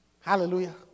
Hallelujah